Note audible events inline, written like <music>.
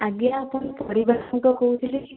ଆଜ୍ଞା ଆପଣ ପରିବା <unintelligible> କହୁଥିଲେ କି